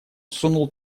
сунул